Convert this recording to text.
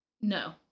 No